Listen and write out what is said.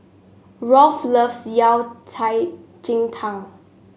Rolf loves Yao Cai Ji Tang